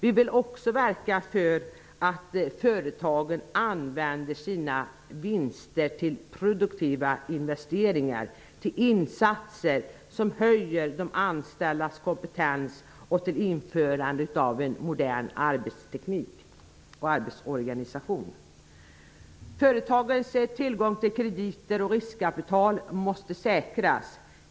Vi vill också verka för att företagen använder sina vinster till produktiva investeringar, till insatser som höjer de anställdas kompetens och till införandet av en modern arbetsteknik och arbetsorganisation. Företagens tillgång till krediter och riskkapital måste säkras.